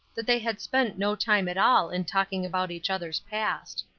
that they had spent no time at all in talking about each other's past.